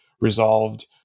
resolved